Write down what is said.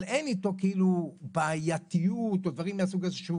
אבל אין איתו כאילו בעייתיות או דברים מהסוג הזה,